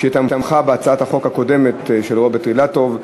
שתמכה בהצעת החוק הקודמת של רוברט אילטוב,